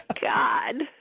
God